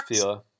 Fila